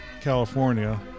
California